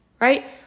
right